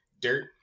dirt